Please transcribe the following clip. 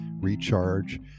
recharge